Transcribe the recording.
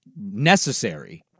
necessary